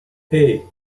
hey